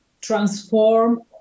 Transform